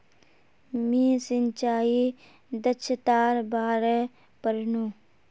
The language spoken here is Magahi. मी सिंचाई दक्षतार बारे पढ़नु